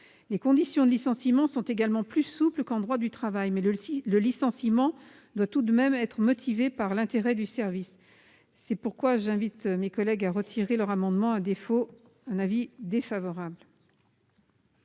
Les conditions de licenciement sont également plus souples qu'en droit du travail, mais le licenciement doit tout de même être motivé par l'intérêt du service. C'est pourquoi j'invite nos collègues à retirer leur amendement ; à défaut, l'avis sera défavorable.